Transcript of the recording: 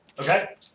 Okay